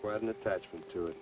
quite an attachment to it